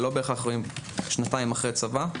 ולא בהכרח באים שנתיים אחרי הצבא.